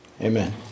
Amen